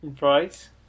Right